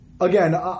Again